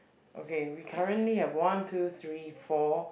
okay we currently have one two three four